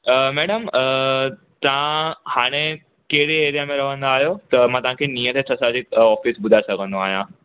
अ madam तव्हां हाणे केरे एरिया में रहंदा आहियो त मां तव्हांखे निएरेस्ट असांजे ऑफ़िस ॿुधाए सघंदो आहियां